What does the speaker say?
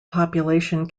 population